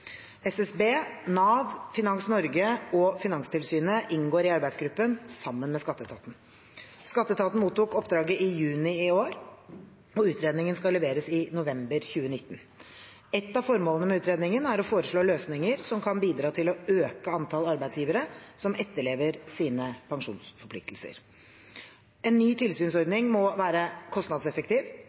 SSB, Nav, Finans Norge og Finanstilsynet inngår i arbeidsgruppen sammen med skatteetaten. Skatteetaten mottok oppdraget i juni i år, og utredningen skal leveres i november 2019. Et av formålene med utredningen er å foreslå løsninger som kan bidra til å øke antallet arbeidsgivere som etterlever sine pensjonsforpliktelser. En ny tilsynsordning må være kostnadseffektiv